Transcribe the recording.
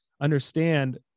understand